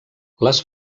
les